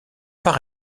par